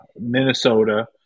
Minnesota